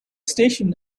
station